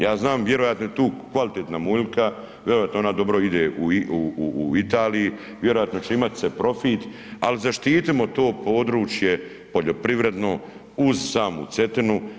Ja znam vjerojatno je tu kvalitetna muljika, vjerojatno ona dobro ide u Italiji, vjerojatno će imat se profit, al zaštitimo to područje poljoprivredno uz samu Cetinu.